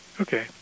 Okay